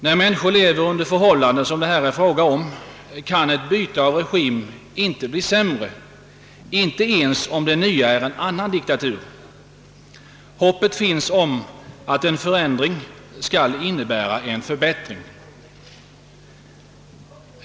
När människor lever under sådana förhållanden som dem det här är fråga om kan ett byte av regim inte innebära något sämre, inte ens om det nya är en annan diktatur. Hoppet finns att förändringen skall innebära en förbättring.